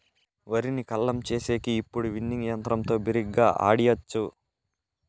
వరిని కల్లం చేసేకి ఇప్పుడు విన్నింగ్ యంత్రంతో బిరిగ్గా ఆడియచ్చు